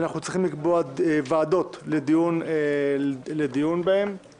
קביעת ועדות לדיון בהצעות החוק